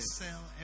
sell